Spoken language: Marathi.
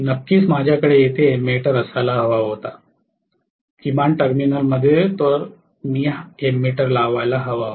नक्कीच माझ्याकडे येथे एमिटर असायला हवा होता किमान टर्मिनलमध्ये तरी मी एमिटर लावायला हवा होता